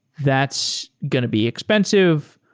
that's going to be expensive.